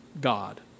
God